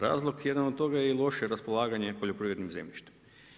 Razlog jedan od toga je i loše raspolaganje poljoprivrednim zemljištem.